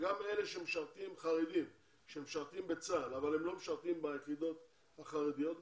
שגם חרדים שמשרתים בצה"ל אבל הם לא משרתים ביחידות החרדיות,